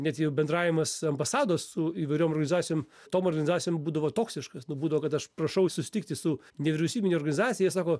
net jau bendravimas ambasados su įvairiom organizacijom tom organizacijom būdavo toksiškas nu būdavo kad aš prašau susitikti su nevyriausybine organizacija jie sako